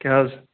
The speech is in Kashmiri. کیاہ حظ